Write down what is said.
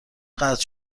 قطع